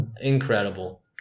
Incredible